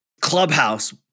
clubhouse